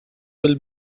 will